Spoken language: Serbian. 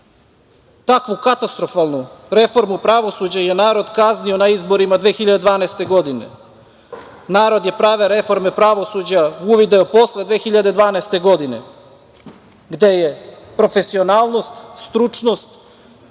Takvu katastrofalnu reformu pravosuđa je narod kaznio na izborima 2012. godine. Narod je prave reforme pravosuđa uvideo posle 2012. godine, gde je profesionalnost, stručnost